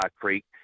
Creek